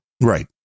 right